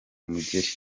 umugeri